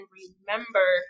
remember